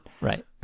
Right